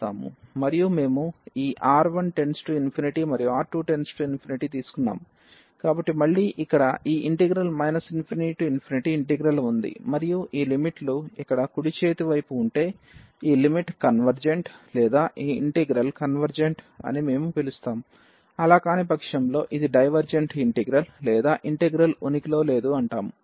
మరియు మేము ఈ R1→∞ మరియు R2→∞ తీసుకున్నాము కాబట్టి మళ్ళీ ఇక్కడ ఈ ∞ఇంటిగ్రల్ఉంది మరియు ఈ లిమిట్లు ఇక్కడ కుడి చేతి వైపు ఉంటే ఈ లిమిట్ కన్వెర్జెంట్ లేదా ఈ ఇంటిగ్రల్ కన్వెర్జెంట్ అని మేము పిలుస్తాము ఆలా కానీ పక్షంలో ఇది డైవర్జెంట్ ఇంటిగ్రల్ లేదా ఇంటిగ్రల్ ఉనికిలో లేదు అంటాము